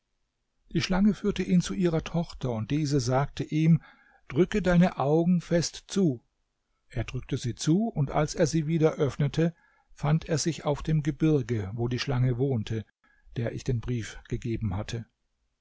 die schlange führte ihn zu ihrer tochter und diese sagte ihm drücke deine augen fest zu er drückte sie zu und als er sie wieder öffnete fand er sich auf dem gebirge wo die schlange wohnte der ich den brief gegeben hatte